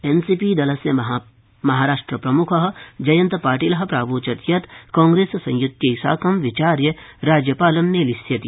NC ी दलस्य महाराष्ट्रप्रम्ख जयन्त ाटिल प्रावोचत यत कांग्रेससंय्त्यै साक विचार्य राज्य ालं मेलिष्यति